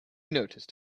noticed